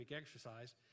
exercise